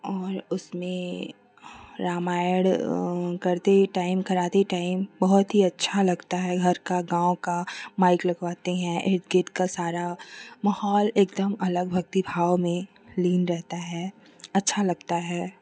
और उसमें रामायण करते टाइम कराते टाइम बहुत ही अच्छा लगता है घर का गाँव का माइक लगवाते हैं इर्दगिर्द का सारा माहौल एकदम अलग भक्ति भाव में लीन रहता है अच्छा लगता है